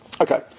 Okay